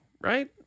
right